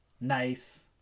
nice